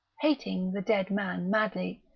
hating the dead man madley,